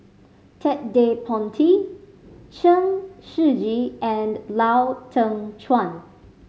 Ted De Ponti Chen Shiji and Lau Teng Chuan